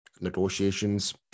negotiations